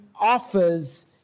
offers